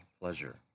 pleasure